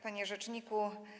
Panie Rzeczniku!